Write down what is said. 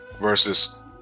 versus